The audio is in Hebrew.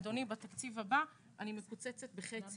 אדוני, בתקציב הבא, אני מקוצצת בחצי.